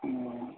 ह्म्म